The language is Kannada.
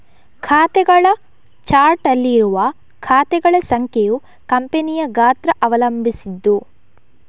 ಖಾತೆಗಳ ಚಾರ್ಟ್ ಅಲ್ಲಿ ಇರುವ ಖಾತೆಗಳ ಸಂಖ್ಯೆಯು ಕಂಪನಿಯ ಗಾತ್ರ ಅವಲಂಬಿಸಿದ್ದು